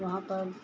वहाँ पर